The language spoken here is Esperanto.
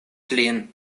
lin